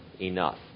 enough